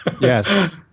Yes